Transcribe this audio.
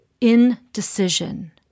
indecision